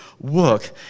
work